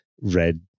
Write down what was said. red